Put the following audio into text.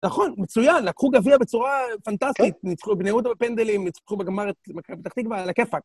נכון, מצוין, לקחו גביע בצורה פנטסטית. נצחו את בני-יהודה בפנדלים, נצחו בגמר את מכבי פתח-תקווה, על-הכיפאק